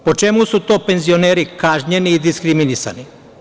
Po čemu su to penzioneri kažnjeni i diskriminisani?